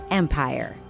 empire